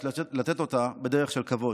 יש לתת אותה בדרך של כבוד.